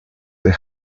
del